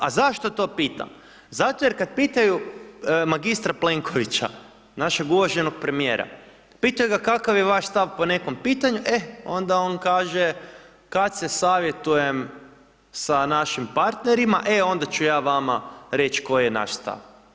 A zašto to pitam, zato jer kad pitaju magistra Plenkovića, našeg uvaženog premijera, pitaju ga kakav je vaš stav po nekom pitanju, e onda on kaže kad se savjetujem sa našim partnerima e onda ću ja vama reći koji je naš stav.